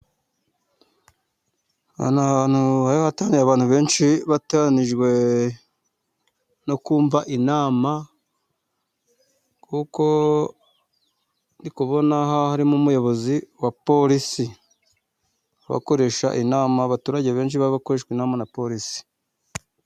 Aha ni ahantu hari hateraniye abantu benshi, bateranijwe no kumva inama, kuko ndi kubona harimo umuyobozi wa polisi, abakoresha inama. Abaturage benshi bakoreshwa inama na polisi.